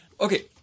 Okay